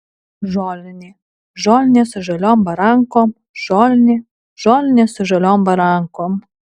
žolinė žolinė su žaliom barankom žolinė žolinė su žaliom barankom